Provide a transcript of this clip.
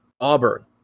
Auburn